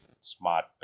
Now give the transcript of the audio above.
smart